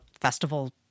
festival